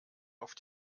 auf